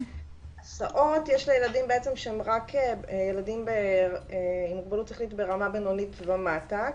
הסעות יש לילדים שהם רק ילדים עם מוגבלות שכלית ברמה בינונית ומעלה,